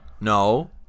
No